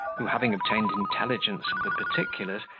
who, having obtained intelligence of the particulars,